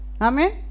Amen